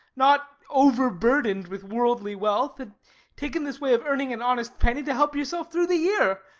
not overburdened with worldly wealth, had taken this way of earning an honest penny to help yourself through the year.